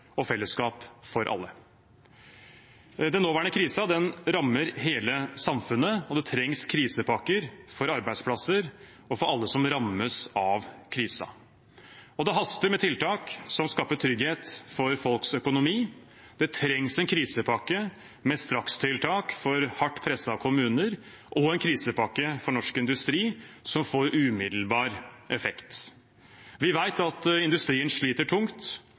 og fellesskap for alle. Den nåværende krisen rammer hele samfunnet, og det trengs krisepakker for arbeidsplasser og for alle som rammes av krisen. Det haster med tiltak som skaper trygghet for folks økonomi. Det trengs en krisepakke med strakstiltak for hardt pressede kommuner og en krisepakke for norsk industri som får umiddelbar effekt. Vi vet at industrien sliter tungt.